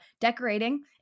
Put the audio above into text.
decorating